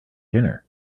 dinner